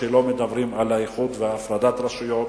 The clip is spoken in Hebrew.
שלא מדברים על האיחוד והפרדת רשויות